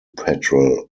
patrol